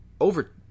over